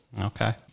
Okay